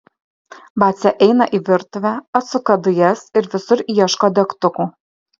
vacė eina į virtuvę atsuka dujas ir visur ieško degtukų